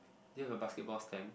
do you have a basketball stand